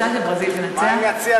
רוצה שברזיל תנצח.